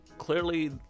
clearly